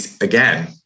again